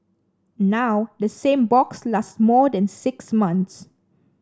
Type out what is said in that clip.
now the same box lasts more than six months